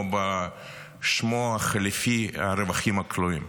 או בשמו החליפי: הרווחים הכלואים.